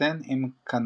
התחתן עם קאנאו